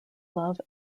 love